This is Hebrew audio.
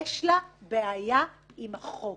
יש לה בעיה עם החוק.